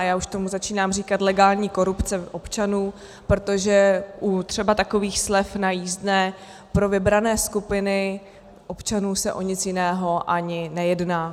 A já už tomu začínám říkat legální korupce občanů, protože třeba u takových slev na jízdné pro vybrané skupiny občanů se o nic jiného ani nejedná.